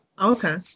okay